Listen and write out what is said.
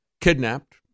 kidnapped